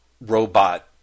robot